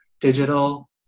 digital